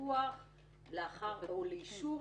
לפיקוח או לאישור